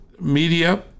media